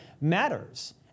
matters